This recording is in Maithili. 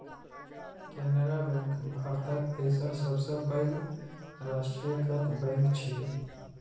केनरा बैंक भारतक तेसर सबसं पैघ राष्ट्रीयकृत बैंक छियै